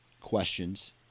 questions